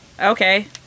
okay